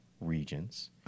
regions